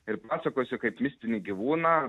ir pasakose kaip mistinį gyvūną